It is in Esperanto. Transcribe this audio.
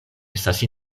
estas